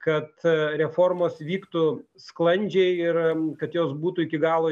kad reformos vyktų sklandžiai ir kad jos būtų iki galo